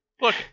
Look